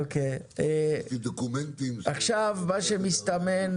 עכשיו מה שמסתמן,